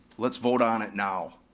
let's vote on it now.